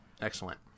Excellent